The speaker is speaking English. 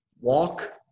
walk